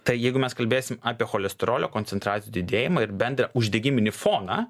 tai jeigu mes kalbėsim apie cholesterolio koncentracijų didėjimą ir bendrą uždegiminį foną